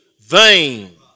vain